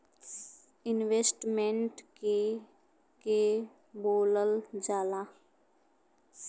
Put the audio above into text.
Investment के के बोलल जा ला?